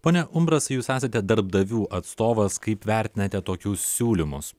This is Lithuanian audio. pone umbrasai jūs esate darbdavių atstovas kaip vertinate tokius siūlymus